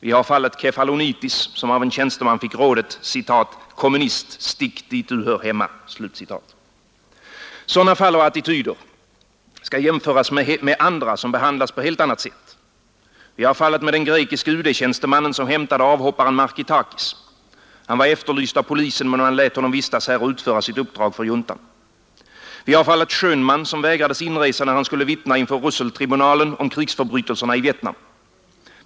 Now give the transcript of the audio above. Vi har fallet Kefalonitis som av en tjänsteman fick rådet ”Kommunist, stick dit där du hör hemma”. Sådana fall och attityder skall jämföras med andra som behandlas på helt annat sätt. Vi har fallet med den grekiske UD-tjänstemannen som hämtade avhopparen Markitakis. Han var efterlyst av polisen men man lät honom vistas här och utföra sitt uppdrag för juntan. Vi har fallet Schoenman, som vägrades inresa när han skulle vittna inför Russeltribunalen om krigsförbrytelserna i Vietnam.